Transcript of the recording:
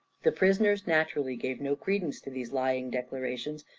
the prisoners naturally gave no credence to these lying declarations,